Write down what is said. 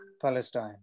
palestine